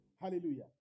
Hallelujah